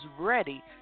ready